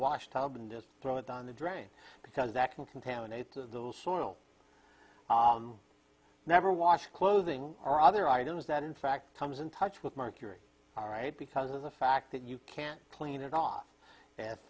wash tub and just throw it down the drain because that can contaminate the soil never wash clothing or other items that in fact comes in touch with mercury all right because of the fact that you can't clean it off